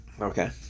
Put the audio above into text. okay